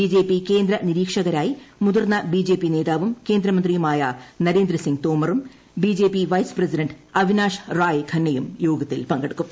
BJP കേന്ദ്രനിരീക്ഷകരായി മുതിർന്ന BJP നേതാവും കേന്ദ്രമന്ത്രിയുമായ നരേന്ദ്രസിങ് തോമറും BJP vice president Avinash Rai ഖന്നയും യോഗത്തിൽ പങ്കെടുക്കും